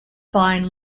fine